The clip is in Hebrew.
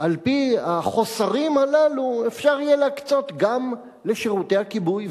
מתוך החוסרים הללו אפשר יהיה להקצות גם לשירותי הכיבוי.